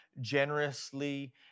generously